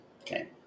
Okay